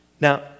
Now